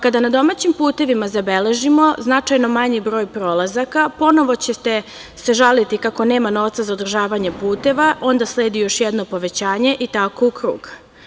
Kada na domaćim putevima zabeležimo značajno manji broj prolazaka, ponovo ćete se žaliti kako nema novca za održavanje puteva, onda sledi još jedno povećanje i tako u krug.